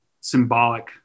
symbolic